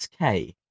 XK